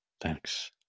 Thanks